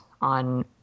on